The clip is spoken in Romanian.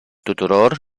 tuturor